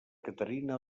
caterina